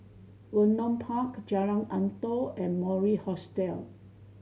Vernon Park Jalan Antoi and Mori Hostel